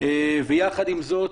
ויחד עם זאת,